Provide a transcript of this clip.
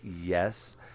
Yes